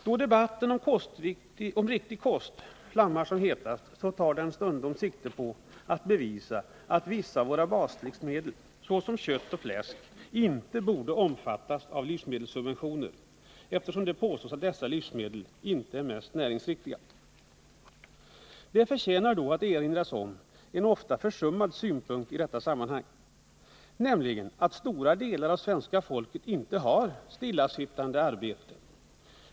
Då debatten om riktig kost flammar som hetast, tar den stundom sikte på att bevisa att vissa av våra baslivsmedel, såsom kött och fläsk, inte borde omfattas av livsmedelssubventioner, eftersom det påstås att dessa livsmedel inte är de mest näringsriktiga. Det förtjänar då att erinras om en ofta försummad synpunkt i sammanhanget, nämligen att stora delar av svenska folket inte har stillasittande arbete.